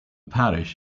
parish